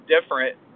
different